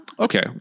Okay